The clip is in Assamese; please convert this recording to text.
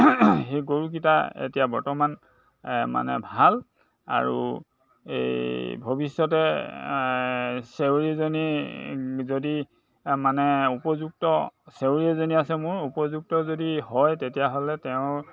সেই গৰুকেইটা এতিয়া বৰ্তমান মানে ভাল আৰু এই ভৱিষ্যতে চেউৰী এজনী যদি মানে উপযুক্ত চেউৰী এজনী আছে মোৰ উপযুক্ত যদি হয় তেতিয়াহ'লে তেওঁৰ